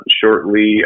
shortly